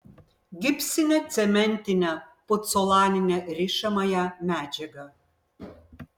gipsinę cementinę pucolaninę rišamąją medžiagą